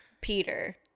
Peter